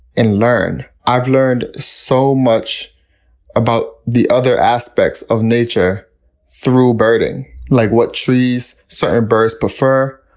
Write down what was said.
and learn. i've learned so much about the other aspects of nature through birding, like what trees certain birds prefer,